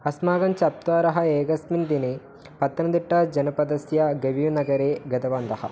अस्माकं चत्वारः एकस्मिन् दिने पतनतिट्टाजनपदस्य गव्यूनगरे गतवन्तः